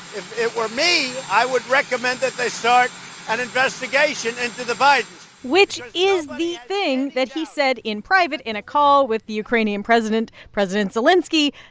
if it were me, i would recommend that they start an investigation into the bidens which is the thing that he said in private in a call with the ukrainian president, president zelenskiy,